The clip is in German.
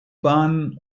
bahn